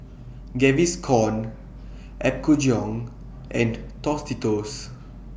Gaviscon Apgujeong and Tostitos